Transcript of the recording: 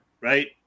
right